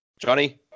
Johnny